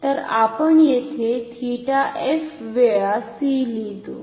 तर आपण येथे 𝜃f वेळा c लिहितो